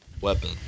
Weapon